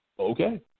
Okay